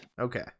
okay